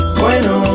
bueno